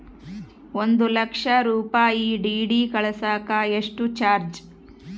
ಒಂದು ಲಕ್ಷ ರೂಪಾಯಿ ಡಿ.ಡಿ ಕಳಸಾಕ ಎಷ್ಟು ಚಾರ್ಜ್?